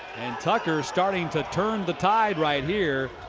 tucker starting to turn the tide right here.